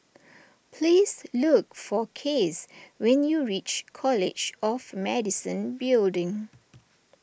please look for Case when you reach College of Medicine Building